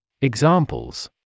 Examples